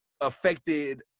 affected